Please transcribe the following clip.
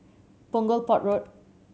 Punggol Port Road